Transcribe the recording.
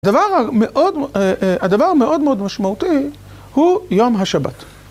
הדבר המאוד, הדבר המאוד מאוד משמעותי הוא יום השבת.